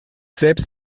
selbst